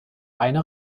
einer